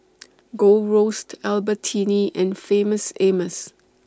Gold Roast Albertini and Famous Amos